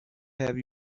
have